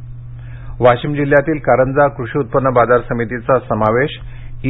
वाशीम वाशिम जिल्ह्यातील कारंजा कृषी उत्पन्न बाजार समितीचा समावेश